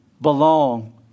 belong